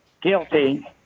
guilty